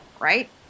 right